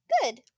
good